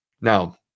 Now